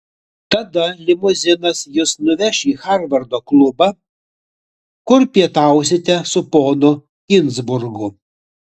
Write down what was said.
tada limuzinas jus nuveš į harvardo klubą kur pietausite su ponu ginzburgu